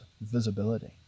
visibility